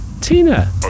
tina